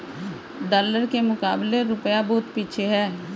dollar के मुकाबले रूपया बहुत पीछे है